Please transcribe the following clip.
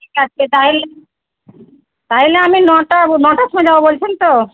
ঠিক আছে তাহলে তাহলে আমি নটা নটার সময় যাব বলছেন তো